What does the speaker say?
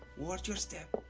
watch your step.